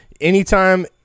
anytime